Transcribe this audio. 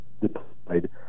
deployed